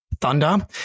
Thunder